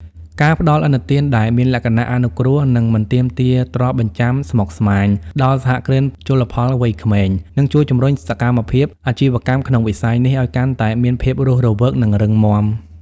ការផ្ដល់ឥណទានដែលមានលក្ខណៈអនុគ្រោះ និងមិនទាមទារទ្រព្យបញ្ចាំស្មុគស្មាញដល់សហគ្រិនជលផលវ័យក្មេង នឹងជួយជំរុញសកម្មភាពអាជីវកម្មក្នុងវិស័យនេះឱ្យកាន់តែមានភាពរស់រវើក និងរឹងមាំ។